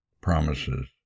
promises